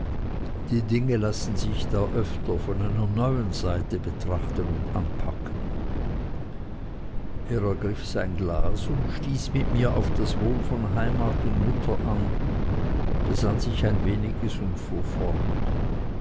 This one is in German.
die dinge lassen sich da öfter von einer neuen seite betrachten und anpacken er ergriff sein glas und stieß mit mir auf das wohl von heimat und mutter an besann sich ein weniges und fuhr fort